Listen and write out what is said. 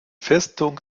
festung